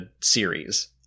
series